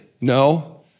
No